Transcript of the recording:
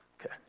Okay